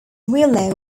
willow